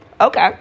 Okay